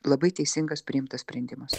labai teisingas priimtas sprendimas